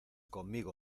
conmigo